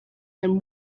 and